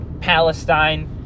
Palestine